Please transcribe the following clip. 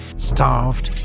starved,